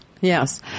yes